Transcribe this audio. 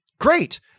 great